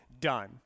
done